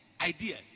idea